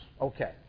Okay